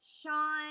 Sean